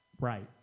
Right